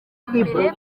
mbere